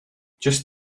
just